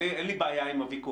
אני, אין לי בעיה עם הוויכוח.